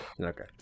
Okay